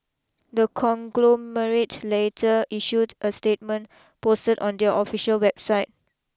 the conglomerate later issued a statement posted on their official website